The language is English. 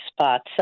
spots